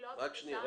הבקשה.